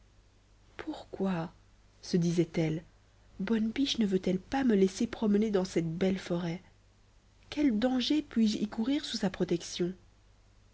pourquoi se disait-elle bonne biche ne veut-elle pas me laisser promener dans cette belle forêt quel danger puis-je y courir sous sa protection